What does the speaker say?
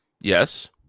Yes